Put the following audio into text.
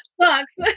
sucks